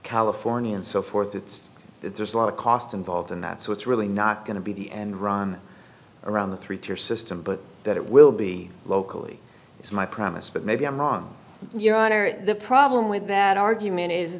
california and so forth it's there's a lot of cost involved in that so it's really not going to be the end run around the three tier system but that it will be locally is my promise but maybe i'm wrong your honor the problem with that argument is